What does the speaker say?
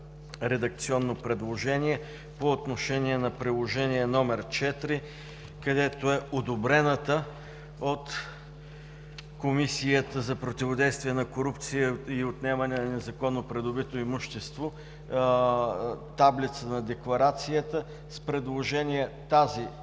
редакционно предложение по отношение на Приложение № 4, където е одобрената от Комисията за противодействие на корупция и отнемане на незаконно придобито имущество таблица на декларацията, с предложение тази